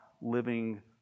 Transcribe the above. living